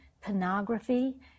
pornography